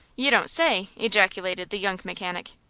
you don't say! ejaculated the young mechanic.